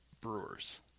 Brewers